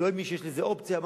לא האמין שיש אופציה כזאת.